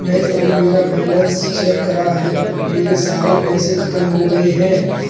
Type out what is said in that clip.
मैंने अभी मेरा बैलन्स चेक करा है, मेरे सारे पैसे खत्म हो गए हैं